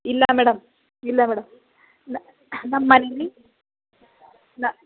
ಇಲ್ಲ ಮೇಡಮ್ ಇಲ್ಲ ಮೇಡಮ್ ಇಲ್ಲ ನಮ್ಮಲ್ಲಿ ಇಲ್ಲ